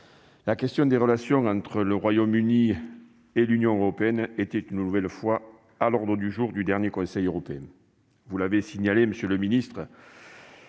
la question des relations futures entre le Royaume-Uni et l'Union européenne était une nouvelle fois inscrite à l'ordre du jour du dernier Conseil européen. Vous l'avez indiqué, monsieur le secrétaire